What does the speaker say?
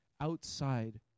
outside